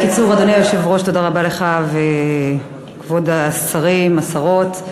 אדוני היושב-ראש, תודה רבה לך, כבוד השרים, השרות,